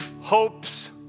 hopes